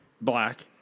black